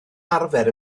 arfer